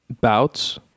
bouts